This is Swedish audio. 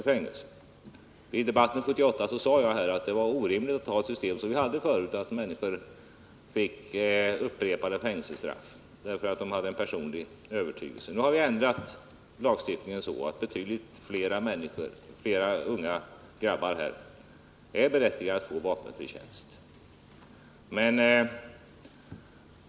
I debatten 1978 sade jag att 9 juni 1980 det var orimligt att ha det system vi hade, där människor fick upprepade fängelsestraff för sin personliga övertygelse. Nu har vi ändrat lagstiftningen Om försvarsförså att betydligt fler unga grabbar är berättigade att få vapenfri tjänst.